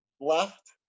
left